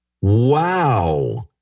Wow